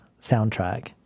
soundtrack